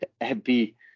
happy